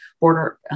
border